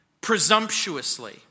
presumptuously